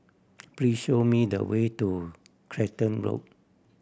please show me the way to Clacton Road